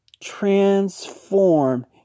transform